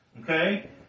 okay